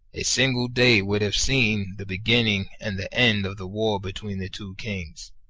a single day would have seen the beginning and the end of the war between the two kings.